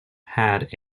had